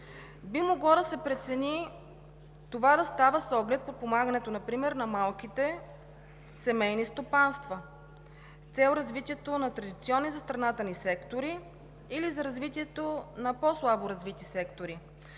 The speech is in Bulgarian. Би могло да се прецени да става с оглед подпомагането на малките семейни стопанства например, с цел развитието на традиционни за страната ни сектори, или за развитието на по-слабо развити сектори